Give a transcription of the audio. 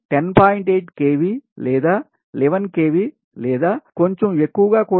8 kV లేదా 11 kV లేదా కొంచెం ఎక్కువగా కూడాఅంటే 11